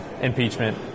impeachment